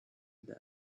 them